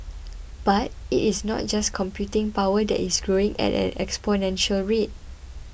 but it is not just computing power that is growing at an exponential rate